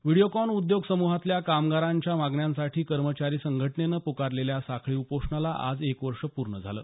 व्हिडिओकॉन उद्योग समूहातल्या कामगारांच्या मागण्यांसाठी कर्मचारी संघटनेनं पुकारलेल्या साखळी उपोषणाला आज एक वर्ष पूर्ण झालं